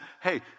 hey